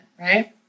right